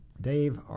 Dave